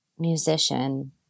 musician